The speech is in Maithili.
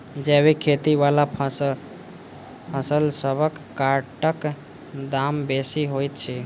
जैबिक खेती बला फसलसबक हाटक दाम बेसी होइत छी